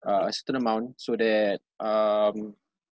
uh a certain amount so that um